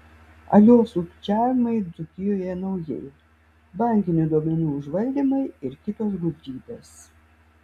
alio sukčiavimai dzūkijoje naujai bankinių duomenų užvaldymai ir kitos gudrybės